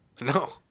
No